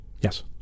Yes